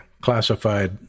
classified